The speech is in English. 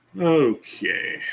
Okay